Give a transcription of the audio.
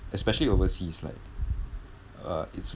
especially overseas like uh it's